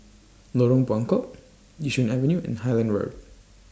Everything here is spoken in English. Lorong Buangkok Yishun Avenue and Highland Road